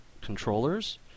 controllers